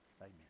Amen